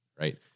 right